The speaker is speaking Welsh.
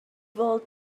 fod